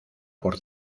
por